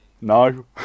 No